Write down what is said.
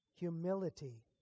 Humility